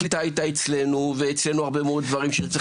הקליטה הייתה אצלנו ואצלנו הרבה מאוד דברים שצריך לטפל.